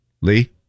Lee